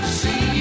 see